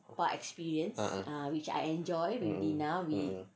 a'ah mm